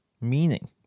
Meaning